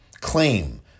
claim